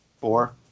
Four